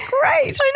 great